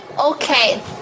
Okay